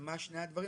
ומהם שני הדברים